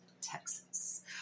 Texas